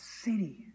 city